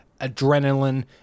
adrenaline